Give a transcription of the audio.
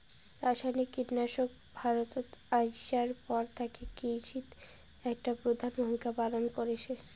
রাসায়নিক কীটনাশক ভারতত আইসার পর থাকি কৃষিত একটা প্রধান ভূমিকা পালন করসে